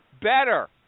better